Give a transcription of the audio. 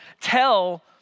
tell